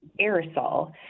aerosol